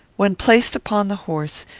when placed upon the horse,